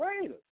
Raiders